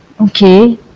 Okay